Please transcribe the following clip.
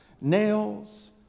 Nails